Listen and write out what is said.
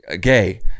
gay